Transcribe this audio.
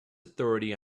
authority